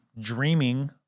dreaming